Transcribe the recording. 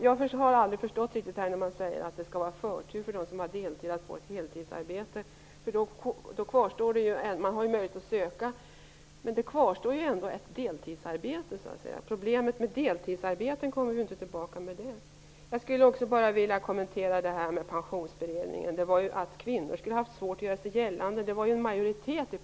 Jag har aldrig riktigt förstått talet om att det skall vara förtur för dem som har deltid att få ett heltidsarbete. Man har ju möjlighet att söka de heltidsarbeten som finns, men det återstår ändå ett deltidsarbete, så att säga. Problemet med deltidsarbeten kommer vi inte till rätta med på det sättet. Slutligen vill jag bara kommentera vad som sagts om att kvinnor skulle ha haft svårt att göra sig gällande i Pensionsberedningen.